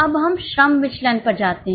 अब हम श्रम विचलन पर जाते हैं